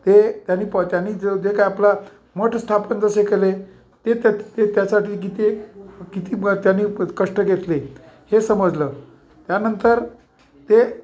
ते त्यानी पा त्यानी ज जे काय आपलं मठ स्थापन जसे केले ते त्या ते त्यासाठी कि ते किती म त्यानी कष्ट घेतले हे समजलं त्यानंतर ते